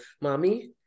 mommy